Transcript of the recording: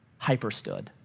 hyperstood